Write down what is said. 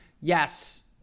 yes